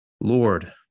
Lord